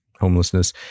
homelessness